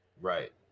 Right